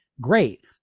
great